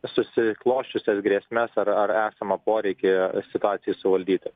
susiklosčiusias grėsmes ar ar esamą poreikį situacijai suvaldyti